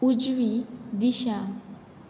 उजवी दिशा